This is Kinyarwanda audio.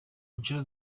inshuro